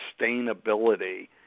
sustainability